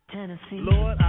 Tennessee